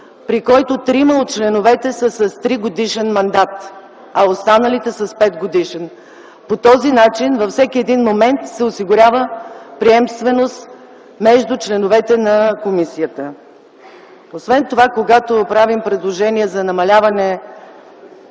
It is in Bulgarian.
при който трима от членовете са с 3-годишен мандат, а останалите - с 5-годишен. По този начин във всеки момент се осигурява приемственост между членовете на комисията. Освен това, когато правим предложение за намаляване